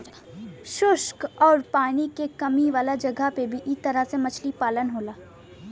शुष्क आउर पानी के कमी वाला जगह पे भी इ तरह से मछली पालन होला